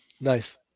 nice